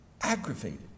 aggravated